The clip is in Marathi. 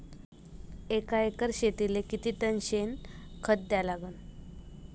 एका एकर शेतीले किती टन शेन खत द्या लागन?